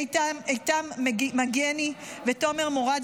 איתם מגיני ותומר מורד,